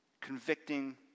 convicting